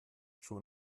schon